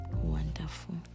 wonderful